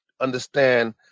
understand